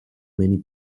many